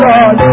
God